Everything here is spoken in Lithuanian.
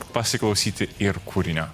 pasiklausyti ir kūrinio